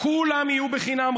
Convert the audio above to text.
כולם יהיו חינם.